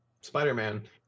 Spider-Man